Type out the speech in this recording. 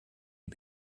die